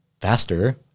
faster